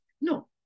No